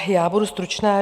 Já budu stručná.